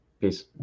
Peace